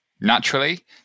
Naturally